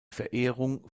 verehrung